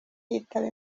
yitaba